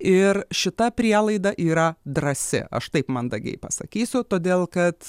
ir šita prielaida yra drąsi aš taip mandagiai pasakysiu todėl kad